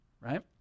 right